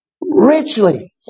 richly